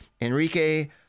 Enrique